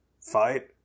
fight